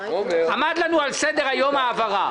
עמדה לנו על סדר היום העברה.